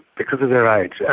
because of their age.